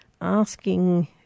asking